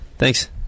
Thanks